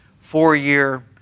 four-year